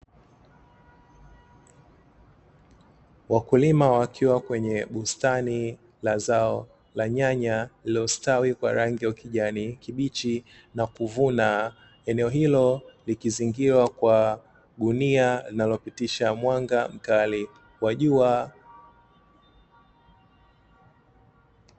Wakulima Wakiwa kwenye bustani la zao la nyanya lilostawi kwa rangi ya ukijani kibichi na kuvuna eneo hilo likizingira kwa gunia linalopitisha mwanga mkali wa jua.